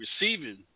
receiving